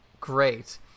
great